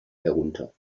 herunter